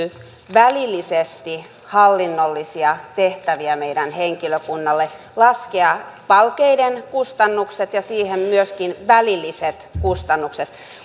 välillisesti hallinnollisia tehtäviä meidän henkilökunnalle laskea palkeiden kustannukset ja siihen myöskin välilliset kustannukset